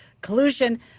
collusion